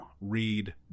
read